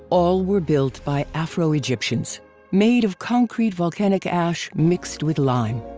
all were built by afro-egyptians, made of concrete volcanic ash mixed with lime.